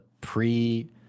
pre